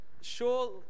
sure